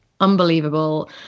unbelievable